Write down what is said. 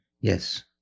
Yes